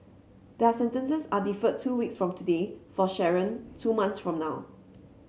their sentences are deferred two weeks from today for Sharon two months from now